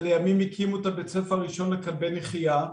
ולימים הקימו את בית הספר הראשון לכלבי נחייה.